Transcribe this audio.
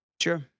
Sure